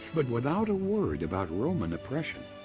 but without a word about roman oppression.